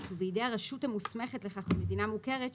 ובידי הרשות המוסמכת לכך במדינה מוכרת,